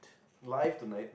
life tonight